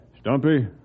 Stumpy